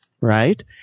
right